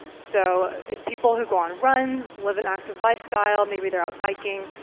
so people who go on runs, live an active lifestyle, maybe they're out biking,